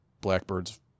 Blackbird's